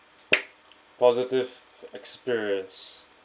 positive experience